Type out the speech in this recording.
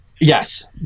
Yes